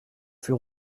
fût